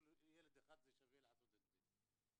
כדי שאולי נצליח לתרום ולו במעט כדי לצמצם את התופעה ואת האפקט השלילי,